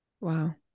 Wow